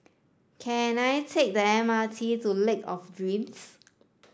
can I take the M R T to Lake of Dreams